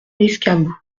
l’escabeau